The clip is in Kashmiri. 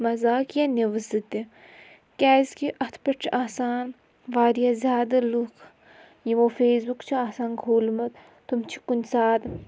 مَزاقیہ نِوزٕ تہِ کیازکہِ اَتھ پٮ۪ٹھ چھُ آسان واریاہ زیادٕ لُکھ یِمو فیس بُک چھُ آسان کھوٗلمُت تِم چھِ کُنہِ ساتہٕ